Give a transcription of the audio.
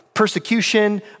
persecution